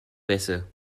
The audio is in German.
bässe